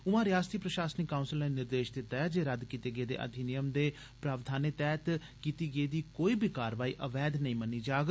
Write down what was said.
उआं रयासती प्रशासनिक काउंसल नै निर्देश दिता ऐ जे रद्द कीते गेदे अधिनियम दे प्रावधानें तैहत कीती गेदी कोई बी कारवाई अवैध नेई मन्नी जाग